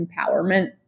empowerment